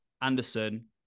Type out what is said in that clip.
Anderson